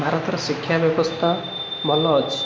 ଭାରତର ଶିକ୍ଷା ବ୍ୟବସ୍ଥା ଭଲ ଅଛି